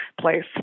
place